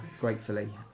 gratefully